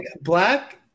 black